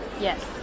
Yes